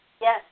Yes